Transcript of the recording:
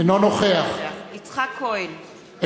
אינו נוכח יצחק כהן,